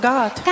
God